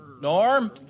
Norm